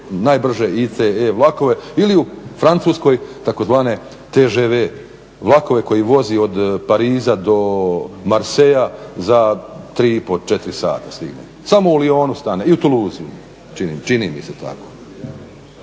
najbrže ICE vlakove ili u Francuskoj tzv. TŽV vlakove koji voze od Pariza do Marseillea za 3,5, 4 sata stigne. Samo u Lyonu stane i u Toulouseu čini mi se tako.